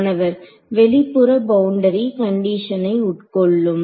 மாணவர் வெளிப்புற boundary boundary கண்டிஷனை உட்கொள்ளும்